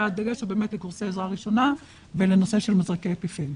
והדגש הוא לקורסי עזרה ראשונה ולמזרקי אפיפן.